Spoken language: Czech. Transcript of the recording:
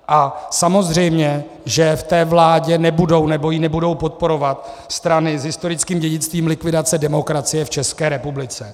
A samozřejmě, že v té vládě nebudou, nebo ji nebudou podporovat strany s historickým dědictvím likvidace demokracie v České republice.